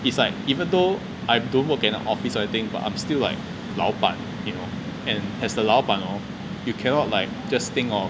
it's like even though I don't work in an office or anything but I'm still like 老板 you know and as the 老板 hor you cannot like just think hor